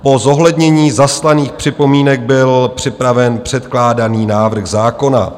Po zohlednění zaslaných připomínek byl připraven předkládaný návrh zákona.